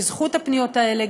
בזכות הפניות האלה,